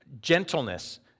Gentleness